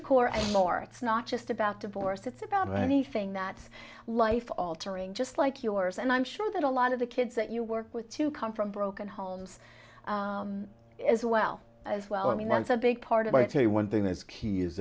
course more it's not just about divorce it's about anything that life altering just like yours and i'm sure that a lot of the kids that you work with to come from broken homes as well as well i mean that's a big part of i tell you one thing that's